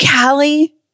Callie